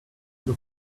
have